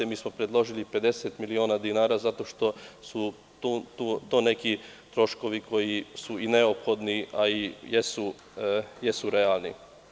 Mi smo predložili 50 miliona dinara zato što su to neki troškovi koji su i neophodni, a i jesu realni.